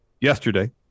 yesterday